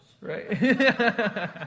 Right